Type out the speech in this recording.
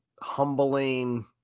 humbling